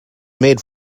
made